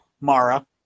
Mara